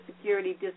Security